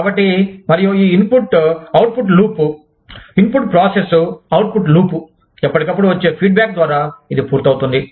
కాబట్టి మరియు ఈ input output loop input process output loop ఎప్పటికప్పుడు వచ్చే ఫీడ్బ్యాక్ ద్వారా ఇది పూర్తవుతుంది